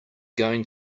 going